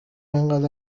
انقد